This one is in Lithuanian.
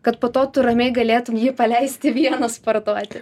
kad po to tu ramiai galėtum jį paleisti vieną sportuoti